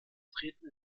treten